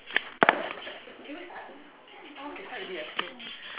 can we start can start already ah okay